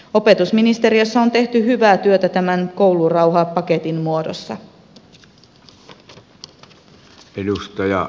opetusministeriössä on tehty hyvää työtä tämän koulurauhapaketin muodossa